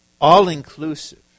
all-inclusive